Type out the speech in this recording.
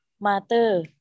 mother